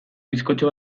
bizkotxo